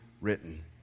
written